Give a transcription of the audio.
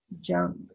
junk